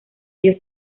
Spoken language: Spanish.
ellos